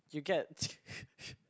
you get